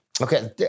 okay